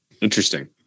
interesting